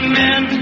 men